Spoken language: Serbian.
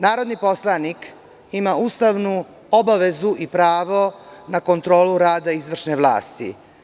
Narodni poslanik ima ustavnu obavezu i pravo na kontrolu rada izvršne vlasti.